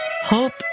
hope